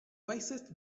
wisest